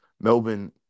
Melbourne